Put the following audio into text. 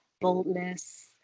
boldness